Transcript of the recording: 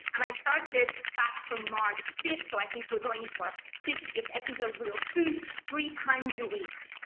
and i started back from march fifth. so i think we're going to work fiftieth episode real soon, three times a week.